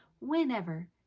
whenever